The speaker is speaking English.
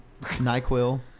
NyQuil